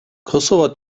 kosova